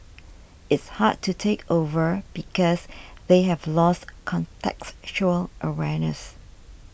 it's hard to take over because they have lost contextual awareness